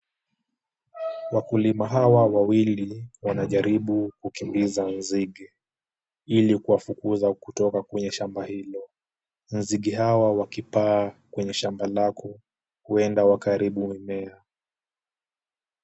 Wakulima hawa wawili wanajaribu kukimbiza nzige, ili kuwafukuza kutoka kwenye shamba hilo. Nzige hawa wakipaa kwenye shamba lako huenda wakaharibu mimea.